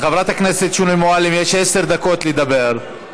לחברת הכנסת שולי מועלם יש עשר דקות לדבר,